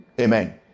Amen